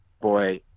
Boy